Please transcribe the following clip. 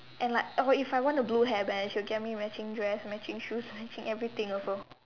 and like oh if I want a blue hairband she will get me matching dress matching shoes matching everything also